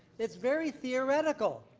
it's very theoretical.